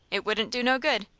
it wouldn't do no good.